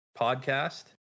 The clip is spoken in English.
podcast